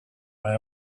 now